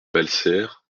valserres